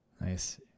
Nice